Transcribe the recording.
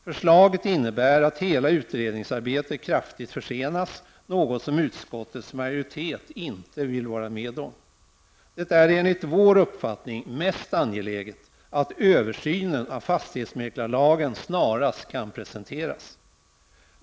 Förslaget innebär att hela utredningsarbetet kraftigt försenas, något som utskottets majoritet inte vill vara med om. Det är enligt vår uppfattning mest angeläget att översynen av fastighetsmäklarlagen snarast kan presenteras.